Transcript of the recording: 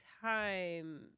time